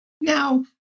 Now